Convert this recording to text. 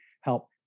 help